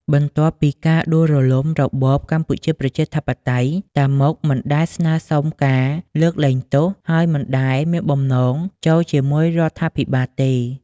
បន្ទាប់ពីការដួលរលំរបស់កម្ពុជា ប្រជាធិបតេយ្យ តាម៉ុក មិនដែលស្នើសុំការ លើកលែងទោស ហើយមិនដែលមានបំណង ចូលជាមួយរដ្ឋាភិបាលទេ។